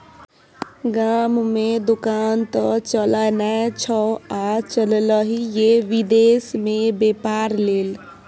गाममे दोकान त चलय नै छौ आ चललही ये विदेश मे बेपार लेल